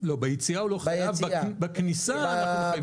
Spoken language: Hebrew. ביציאה הוא לא חייב, בכניסה אנחנו מחייבים.